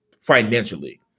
financially